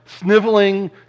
sniveling